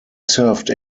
served